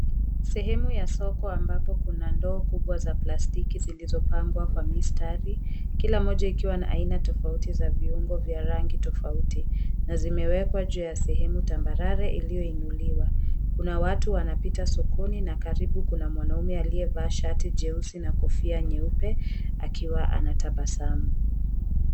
Sehemu ya soko ambapo kuna ndoo kubwa za plastiki zilizopangwa kwa mistari, kila mmoja ikiwa na aina tofauti za viungo vya rangi tofauti. Na zimewekwa juu ya sehemu tambarare iliyoinuliwa. Kuna watu wanapita sokoni na karibu kuna mwanaume aliyevaa shati jeusi, na kofia nyeupe akiwa anatabasamu.